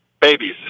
babies